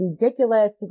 ridiculous